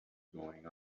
going